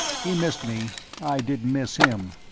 he missed me i didn't miss him.